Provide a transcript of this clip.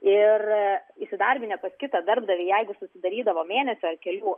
ir įsidarbinę pas kitą darbdavį jeigu susidarydavo mėnesio ar kelių